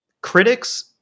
critics